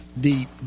deep